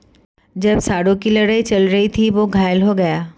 जब सांडों की लड़ाई चल रही थी, वह घायल हो गया